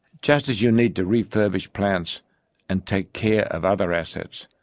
just as you need to refurbish plants and take care of other assets,